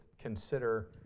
consider